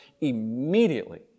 immediately